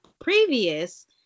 previous –